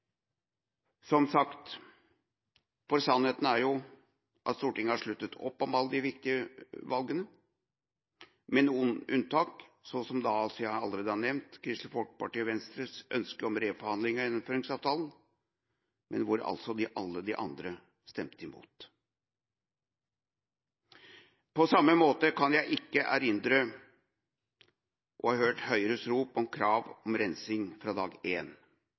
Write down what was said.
Som sagt, for sannheten er jo at Stortinget har sluttet opp om alle de viktige valgene, med noen unntak som jeg allerede har nevnt – Kristelig Folkeparti og Venstres ønske om reforhandling av Gjennomføringsavtalen – men alle de andre stemte altså imot. På samme måte kan jeg ikke erindre å ha hørt Høyres rop om krav om rensing fra dag